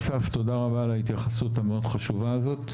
אסף, תודה רבה על ההתייחסות המאוד-חשובה הזאת.